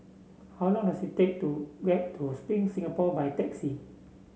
how long does it take to get to Spring Singapore by taxi